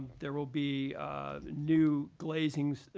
there will be new glazings.